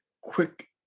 quick